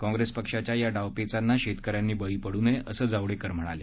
काँप्रेस पक्षाच्या या डावपेचांना शेतकऱ्यांनी बळी पडू नये असं जावडेकर म्हणाले